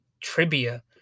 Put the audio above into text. trivia